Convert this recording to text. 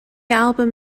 album